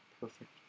Perfect